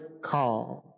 calm